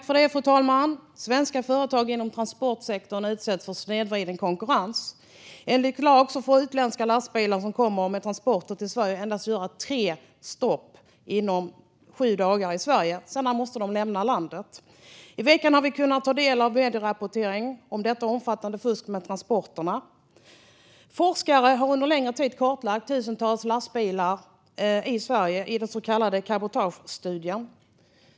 Fru talman! Svenska företag inom transportsektorn utsätts för snedvriden konkurrens. Enligt lag får utländska lastbilar som kommer med transporter till Sverige endast göra tre stopp under sju dagar i Sverige, sedan måste de lämna landet. I veckan har vi kunnat ta del av medierapportering om det omfattande fusket med transporterna. Forskare har under längre tid kartlagt tusentals lastbilar i Sverige i den kallade Cabotagestudien.